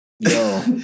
Yo